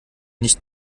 nicht